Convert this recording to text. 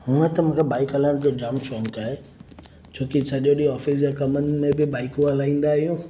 हूअं त मूंखे बाइक हलाइण जो जाम शौंक़ु आहे छो की सॼो ॾींहुं ऑफिस जे कमनि में बि बाइकूं हलाइंदा आहियूं